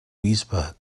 bisbe